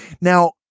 Now